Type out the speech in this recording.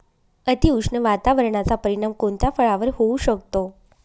अतिउष्ण वातावरणाचा परिणाम कोणत्या फळावर होऊ शकतो?